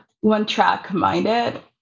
one-track-minded